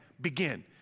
begin